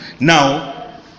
Now